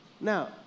Now